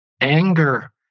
anger